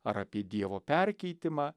ar apie dievo perkeitimą